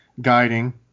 guiding